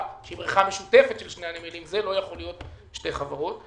שהיא משותפת לשני הנמלים זה לא יכול להיות שתי חברות,